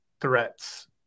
threats